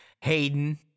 Hayden